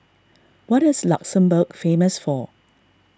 what is Luxembourg famous for